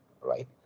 right